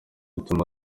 bituma